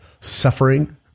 suffering